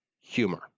Humor